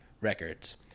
Records